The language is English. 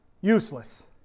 useless